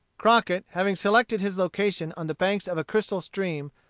crockett, having selected his location on the banks of a crystal stream,